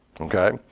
Okay